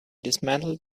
dismantled